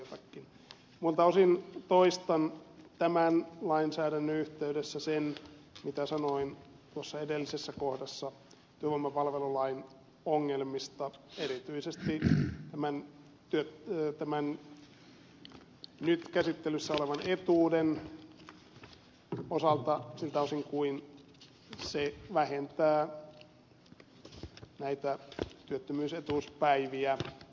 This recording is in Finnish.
muilta osin toistan tämän lainsäädännön yh teydessä sen mitä sanoin tuossa edellisessä kohdassa työvoimapalvelulain ongelmista erityisesti tämän nyt käsittelyssä olevan etuuden osalta siltä osin kuin se vähentää näitä työttömyysetuuspäiviä